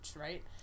right